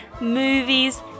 movies